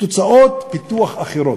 הוצאות פיתוח אחרות.